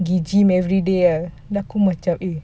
pergi gym everyday lah then aku macam eh